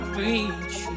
reach